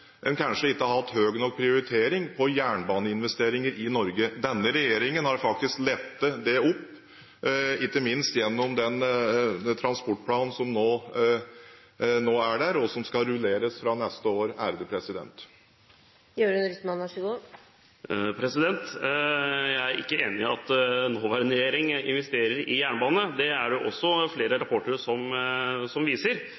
Norge. Denne regjeringen har faktisk lettet det, ikke minst gjennom den transportplanen som nå er der, og som skal rulleres fra neste år. Jeg er ikke enig i at nåværende regjering investerer i jernbane. Det er det også flere rapporter som viser.